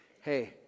hey